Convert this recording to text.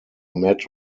met